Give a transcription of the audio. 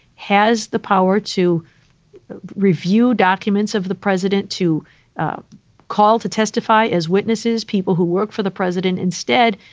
has the power to review documents of the president to call to testify as witnesses, people who work for the president instead.